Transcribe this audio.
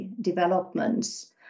developments